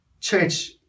Church